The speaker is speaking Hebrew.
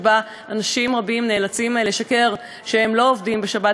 שאנשים רבים נאלצים לשקר שהם לא עובדים בשבת,